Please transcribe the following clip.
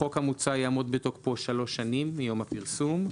החוק המוצע יעמוד בתוקפו שלוש שנים מיום הפרסום.